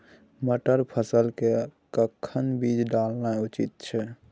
मटर फसल के कखन बीज डालनाय उचित छै?